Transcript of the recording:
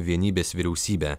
vienybės vyriausybę